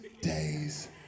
days